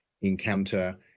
encounter